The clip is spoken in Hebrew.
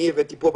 הבאתי פה,